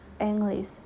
English